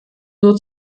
nur